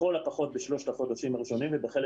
לכל הפחות בשלושת החודשים הראשונים ובחלק